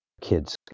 kids